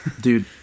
Dude